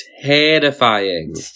terrifying